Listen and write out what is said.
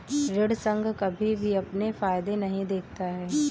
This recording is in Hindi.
ऋण संघ कभी भी अपने फायदे नहीं देखता है